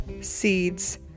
seeds